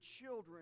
children